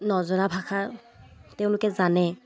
নজনা ভাষা তেওঁলোকে জানে